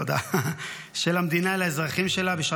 היו"ר משה